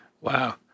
Wow